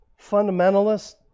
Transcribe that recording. fundamentalists